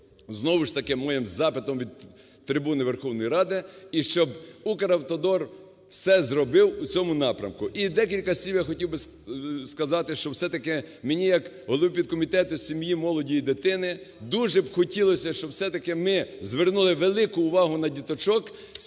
знову ж таки моїм запитом від трибуни Верховної Ради, і щоб "Укравтодор" все зробив у цьому напрямку. І декілька слів я хотів би сказати, що все-таки мені як голові підкомітету сім'ї, молоді і дитини дуже хотілося б, щоб все-таки ми звернули велику увагу на діточок,